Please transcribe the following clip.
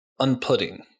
unputting